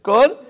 Good